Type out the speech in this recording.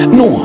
no